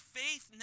faith